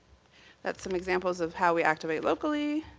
that's some examples of how we activate locally.